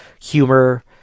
humor